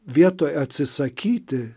vietoj atsisakyti